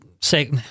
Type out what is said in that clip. say